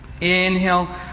Inhale